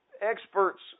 experts